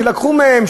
שלקחו מהם,